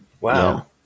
wow